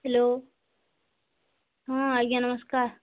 hello ହଁ ଆଜ୍ଞା ନମସ୍କାର